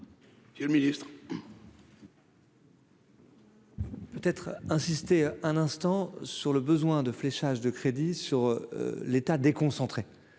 Monsieur le ministre. Peut-être insister un instant sur le besoin de fléchage de crédit sur l'État déconcentrer,